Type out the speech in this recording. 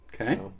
Okay